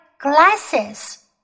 glasses